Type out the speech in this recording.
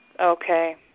Okay